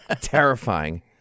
Terrifying